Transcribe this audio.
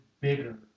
bigger